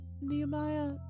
Nehemiah